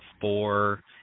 four